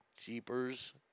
Jeepers